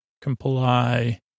Comply